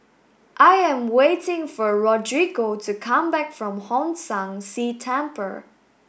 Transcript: I am waiting for Rodrigo to come back from Hong San See Temple